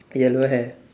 yellow hair